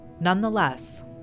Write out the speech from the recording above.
Nonetheless